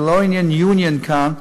זה לא עניין ל-union כאן,